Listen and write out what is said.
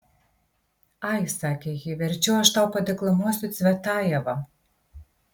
ai sakė ji verčiau aš tau padeklamuosiu cvetajevą